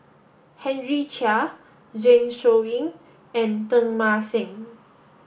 Henry Chia Zeng Shouyin and Teng Mah Seng